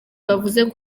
bavuze